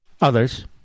others